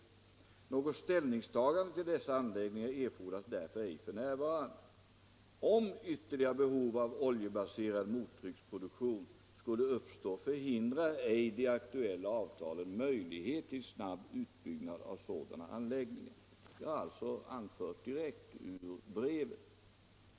Vidare heter det i brevet: ”Något ställningstagande till dessa anläggningar erfordras därför ej för närvarande. Om ytterligare behov av oljebaserad mottrycksproduktion skulle uppstå förhindrar ej de aktuella avtalen möjlighet till snabb utbyggnad av sådana anläggningar.” Detta är alltså ett citat direkt ur brevet.